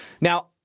Now